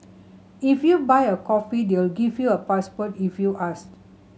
if you buy a coffee they'll give you a password if you ask